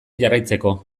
jarraitzeko